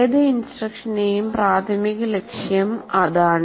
ഏത് ഇൻസ്ട്രക്ഷന്റെയും പ്രാഥമിക ലക്ഷ്യം അതാണ്